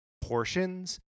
portions